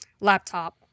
laptop